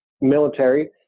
military